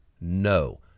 No